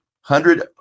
hundred